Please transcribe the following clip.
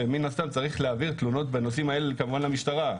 זה שמן הסתם צריך להעביר תלונות בנושאים האלה כמובן למשטרה.